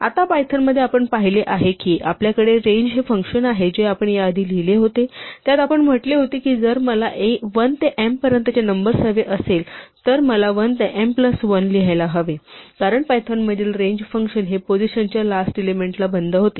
आता पायथन मध्ये आपण पाहिले आहे की आपल्या कडे हे रेंज फंक्शन आहे जे आपण याआधी लिहिले होते त्यात असे म्हटले होते की जर मला 1 ते m पर्यंत नंबर्स हवे असेल तर मला 1 ते m प्लस 1 लिहायला हवे कारण पायथॉनमधील रेंज फंक्शन हे पोझिशनच्या लास्ट एलिमेंटला बंद होते